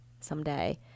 someday